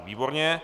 Výborně.